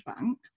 bank